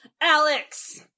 Alex